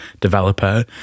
developer